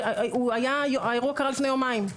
האירוע קרה לפני יומיים.